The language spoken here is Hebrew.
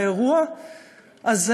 באירוע הזה,